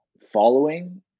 Following